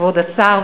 כבוד השר,